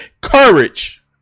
courage